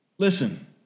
Listen